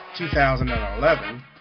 2011